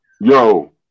Yo